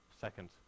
Second